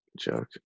Joke